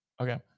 Okay